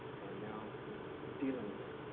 and now we're dealing with it.